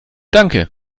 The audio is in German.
danke